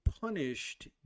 punished